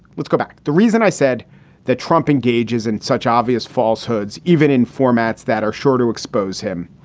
let's go back. the reason i said that trump engages in such obvious falsehoods, even in formats that are sure to expose him,